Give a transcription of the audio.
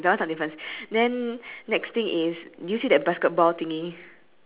then is it the one with like a lot of like got three wheels or something in the front or something like that